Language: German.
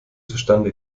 zustande